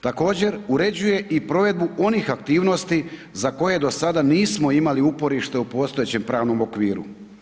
Također uređuje i provedbu onih aktivnosti za koje do sada nismo imali uporište u postojećem pravnom okviru.